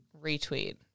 Retweet